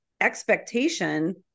expectation